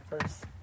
first